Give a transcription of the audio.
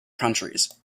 countries